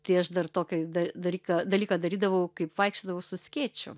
tai aš dar to kai dalyką dalyką darydavau kaip vaikščiodavau su skėčiu